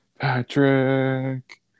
Patrick